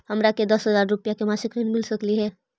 हमरा के दस हजार रुपया के मासिक ऋण मिल सकली हे?